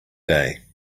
day